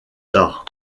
tard